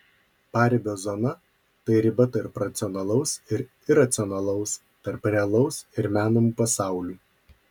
paribio zona tai riba tarp racionalaus ir iracionalaus tarp realaus ir menamų pasaulių